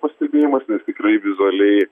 pastebėjimas nes tikrai vizualiai